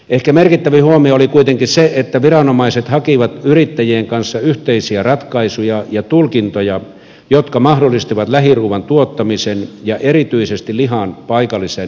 ehkä merkittävin huomio oli kuitenkin se että viranomaiset hakivat yrittäjien kanssa yhteisiä ratkaisuja ja tulkintoja jotka mahdollistivat lähiruuan tuottamisen ja erityisesti lihan paikallisen jalostamisen